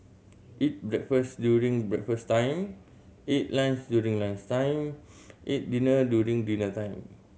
eat breakfast during breakfast time eat lunch during lunch time eat dinner during dinner time